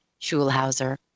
Schulhauser